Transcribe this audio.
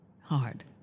Hard